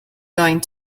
going